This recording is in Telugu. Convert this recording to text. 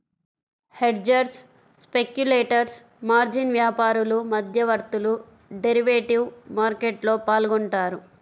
హెడ్జర్స్, స్పెక్యులేటర్స్, మార్జిన్ వ్యాపారులు, మధ్యవర్తులు డెరివేటివ్ మార్కెట్లో పాల్గొంటారు